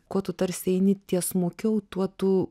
kuo tu tarsi eini tiesmukiau tuo tu